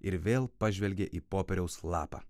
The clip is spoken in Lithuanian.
ir vėl pažvelgė į popieriaus lapą